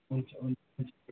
हुन्छ हुन्छ